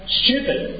stupid